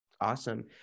Awesome